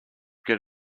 get